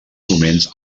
monuments